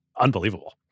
Unbelievable